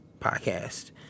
Podcast